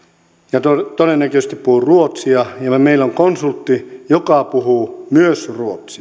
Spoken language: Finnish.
joka todennäköisesti puhuu ruotsia ja meillä on konsultti joka puhuu myös ruotsia